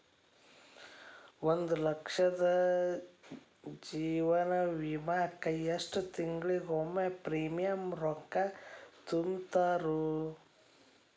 ಒಂದ್ ಲಕ್ಷದ ಜೇವನ ವಿಮಾಕ್ಕ ಎಷ್ಟ ತಿಂಗಳಿಗೊಮ್ಮೆ ಪ್ರೇಮಿಯಂ ರೊಕ್ಕಾ ತುಂತುರು?